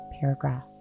paragraph